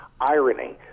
irony